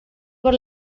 por